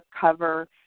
cover